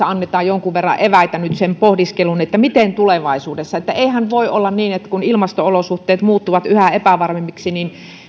annetaan jonkun verran eväitä nyt sen pohdiskeluun että miten tulevaisuudessa eihän voi olla niin että kun ilmasto olosuhteet muuttuvat yhä epävarmemmiksi niin